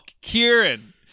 Kieran